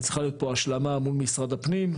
צריכה להיות פה השלמה מול משרד הפנים,